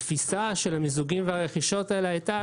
התפיסה של המיזוגים והרכישות האלה הייתה,